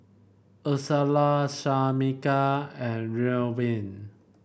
Ursula Shamika and Reubin